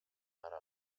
ara